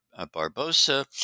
Barbosa